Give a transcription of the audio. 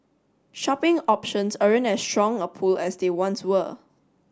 shopping options aren't as strong a pull as they once were